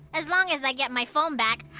as long as i get my phone back.